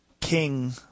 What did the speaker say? king